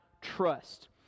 trust